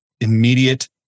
immediate